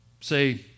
say